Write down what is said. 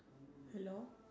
hello